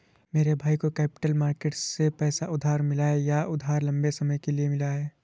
मेरे भाई को कैपिटल मार्केट से पैसा उधार मिल गया यह उधार लम्बे समय के लिए मिला है